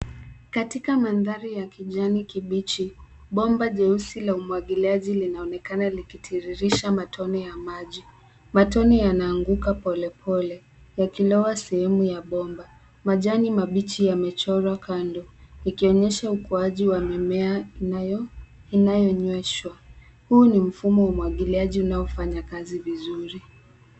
Katika mandhari ya kijani kibichi, bomba jeusi la umwagiliaji linaonekana likitiririsha matone ya maji. Matone yanaanguka polepole yakiloa sehemu ya bomba. Majani mabichi yamechorwa kando ikionyesha ukuaji wa mimea inayonyweshwa. Huu ni mfumo wa umwagiliaji unaofanya kazi vizuri.